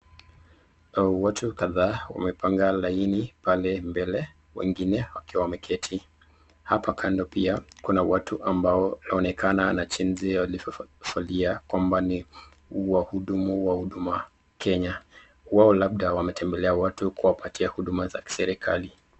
Watu kadhaa wamepanga laini pale mbele wengine wakiwa wameketi, apa kando pia kuna watu ambao naonekana na jinzi waliovalia kwamba ni wauduma wa huduma kenya, wao labda wametembelea watu kuwapatia huduma za kiserikali.